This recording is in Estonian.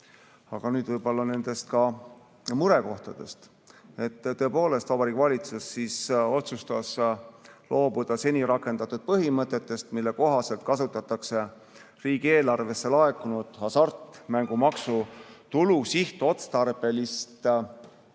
Aga nüüd nendest murekohtadest. Tõepoolest, Vabariigi Valitsus otsustas loobuda seni rakendatud põhimõttest, mille kohaselt kasutatakse riigieelarvesse laekunud hasartmängumaksu tulu sihtotstarbelist eraldamist.